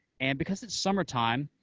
and because it's summertime,